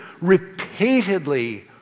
repeatedly